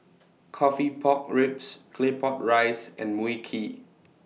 Coffee Pork Ribs Claypot Rice and Mui Kee